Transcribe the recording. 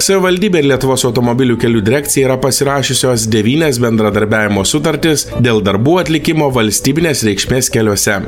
savivaldybė ir lietuvos automobilių kelių direkcija yra pasirašiusios devynias bendradarbiavimo sutartis dėl darbų atlikimo valstybinės reikšmės keliuose